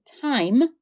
time